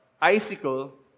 icicle